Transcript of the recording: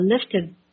lifted